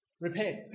repent